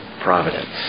providence